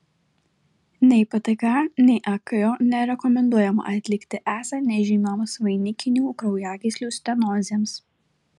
nei ptka nei akjo nerekomenduojama atlikti esant nežymioms vainikinių kraujagyslių stenozėms